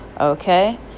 Okay